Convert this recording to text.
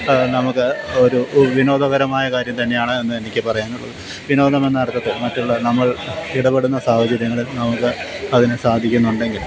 അത് നമുക്ക് ഒരു വിനോദകരമായ കാര്യം തന്നെയാണ് എന്ന് എനിക്ക് പറയാനുള്ളത് വിനോദമെന്ന അർത്ഥത്തിൽ മറ്റുള്ള നമ്മൾ ഇടപ്പടുന്ന സാഹചര്യങ്ങളിൽ നമുക്ക് അതിന് സാധിക്കുന്നുണ്ടെങ്കിൽ